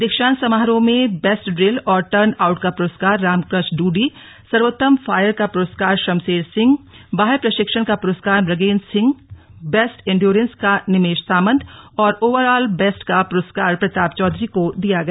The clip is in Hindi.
दीक्षांत समारोह में बेस्ट ड्रिल और टर्न आउट का पुरस्कार रामक़ष्ण ड्र्डी सर्वोत्तम फायरर का पुरस्कार शमशेर सिंह बाह्य प्रशिक्षण का पुरस्कार मृगेन्द्र सिंहबेस्ट इंड्योरेन्स का निमेश सामंत और ओवरआल बेस्ट का पुरस्कार प्रताप चौधरी को दिया गया